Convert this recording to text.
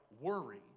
worry